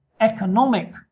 economic